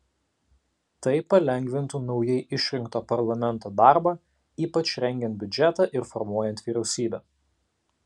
tai palengvintų naujai išrinkto parlamento darbą ypač rengiant biudžetą ir formuojant vyriausybę